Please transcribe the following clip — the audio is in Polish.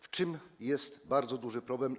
W czym jest bardzo duży problem?